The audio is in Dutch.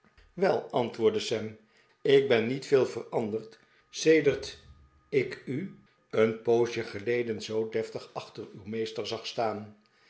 wel antwoordde sam ik ben niet veel veranderd sedert ik u een poosje ge leden zoo deftig achter uw meester zag staan